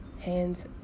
hands